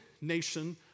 nation